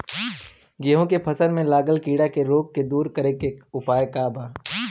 गेहूँ के फसल में लागल कीड़ा के रोग के दूर करे के उपाय का बा?